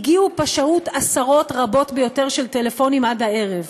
הגיעו פשוט עשרות רבות ביותר של טלפונים עד הערב.